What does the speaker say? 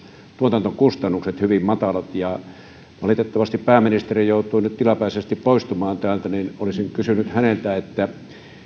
tuotantokustannukset ovat hyvin matalat valitettavasti pääministeri joutui nyt tilapäisesti poistumaan täältä mutta olisin kysynyt häneltä